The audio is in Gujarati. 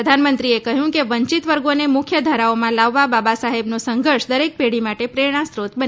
પ્રધાનમંત્રી એ કહ્યું વંચિત વર્ગોને મુખ્ય ધારાઓમાં લાવવા બાબા સાહેબનો સંધર્ષ દરેક પેઢી માટે પ્રેરણાસ્ત્રોત બની રહેશે